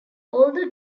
although